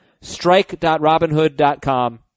Strike.robinhood.com